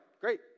great